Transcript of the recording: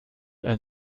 ein